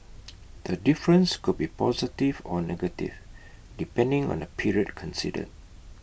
the difference could be positive or negative depending on the period considered